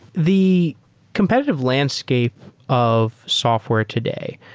the competitive landscape of software today,